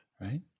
right